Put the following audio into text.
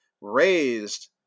raised